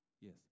Yes